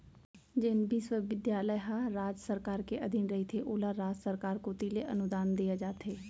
जेन बिस्वबिद्यालय ह राज सरकार के अधीन रहिथे ओला राज सरकार कोती ले अनुदान देय जाथे